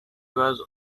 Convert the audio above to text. was